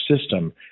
system